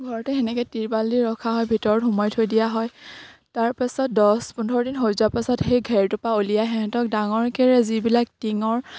ঘৰতে সেনেকে তিৰপাল দি ৰখা হয় ভিতৰত সুমুৱাই থৈ দিয়া হয় তাৰপাছত দছ পোন্ধৰ দিন হৈ যোৱাৰ পাছত সেই ঘেৰটোৰ পৰা উলিয়াই সিহঁতক ডাঙৰকে যিবিলাক টিঙৰ